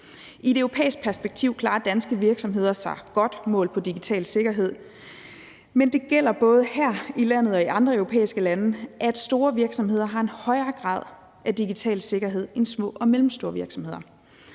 I et europæisk perspektiv klarer danske virksomheder sig godt målt på digital sikkerhed, men det gælder både her i landet og i andre europæiske lande, at store virksomheder har en højere grad af digital sikkerhed end små og mellemstore virksomheder.